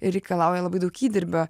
reikalauja labai daug įdirbio